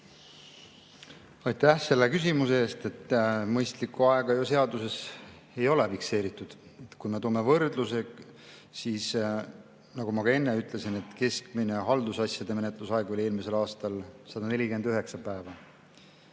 Aitäh selle küsimuse eest! Mõistlikku aega ju seaduses ei ole fikseeritud. Kui me toome võrdluse, siis nagu ma ka enne ütlesin, keskmine haldusasjade menetlusaeg oli eelmisel aastal 149 päeva.